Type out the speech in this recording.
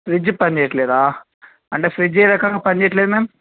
fridge పని చేయట్లేదా అంటే ఫ్రిడ్జ్ ఏ రకంగా పని చేయట్లేదు మ్యామ్